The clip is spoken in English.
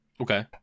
Okay